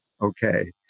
Okay